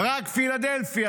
רק פילדלפי,